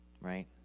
right